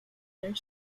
their